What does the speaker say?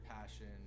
passion